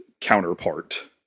counterpart